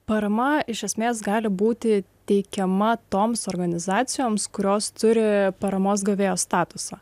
parama iš esmės gali būti teikiama toms organizacijoms kurios turi paramos gavėjo statusą